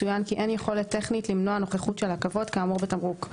צוין כי אין יכולת טכנית למנוע נוכחות של עקבות כאמור בתמרוק,